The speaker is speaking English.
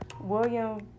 William